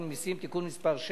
בקצרה.